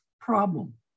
problem